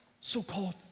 so-called